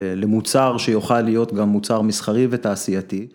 למוצר שיוכל להיות גם מוצר מסחרי ותעשייתי.